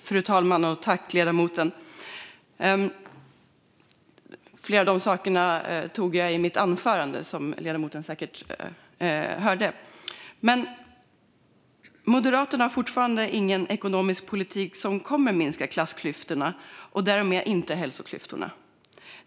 Fru talman! Flera av de sakerna tog jag upp i mitt anförande, som ledamoten säkert hörde. Moderaterna har fortfarande ingen ekonomisk politik som kommer att minska klassklyftorna och därmed hälsoklyftorna.